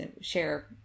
share